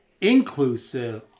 inclusive